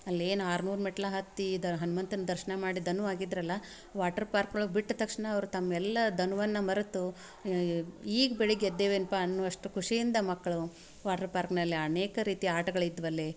ಅಲ್ಲಿ ಏನು ಆರ್ನೂರು ಮೆಟ್ಲು ಹತ್ತಿ ಇದು ಹನ್ಮಂತನ ದರ್ಶನ ಮಾಡಿ ದಣು ಆಗಿದ್ದರಲ್ಲ ವಾಟ್ರ್ ಪಾರ್ಕ್ ಒಳಗೆ ಬಿಟ್ಟ ತಕ್ಷಣ ಅವ್ರು ತಮ್ಮ ಎಲ್ಲ ದಣುವನ್ನ ಮರೆತು ಈಗ ಬೆಳಗ್ಗೆ ಎದ್ದೆವೇನ್ನಪ್ಪ ಅನ್ನುವಷ್ಟು ಖುಷಿಯಿಂದ ಮಕ್ಕಳು ವಾಟ್ರ್ ಪಾರ್ಕ್ನಲ್ಲಿ ಅನೇಕ ರೀತಿ ಆಟಗಳು ಇದ್ವು ಅಲ್ಲಿ